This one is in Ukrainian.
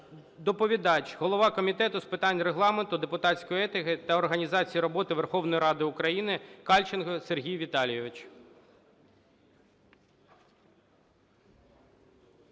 Доповідач – голова Комітету з питань Регламенту, депутатської етики та організації роботи Верховної Ради України Кальченко Сергій Віталійович.